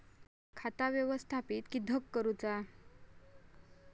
खाता व्यवस्थापित किद्यक करुचा?